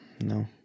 No